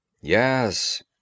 Yes